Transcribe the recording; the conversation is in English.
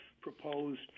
proposed